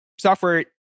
software